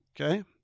okay